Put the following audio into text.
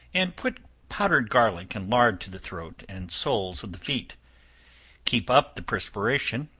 and put powdered garlic and lard to the throat and soles of the feet keep up the perspiration,